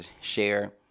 share